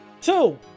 Two